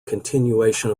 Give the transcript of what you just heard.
continuation